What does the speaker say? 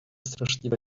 straszliwe